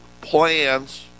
plans